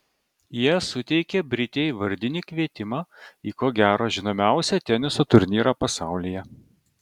jie suteikė britei vardinį kvietimą į ko gero žinomiausią teniso turnyrą pasaulyje